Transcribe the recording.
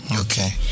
Okay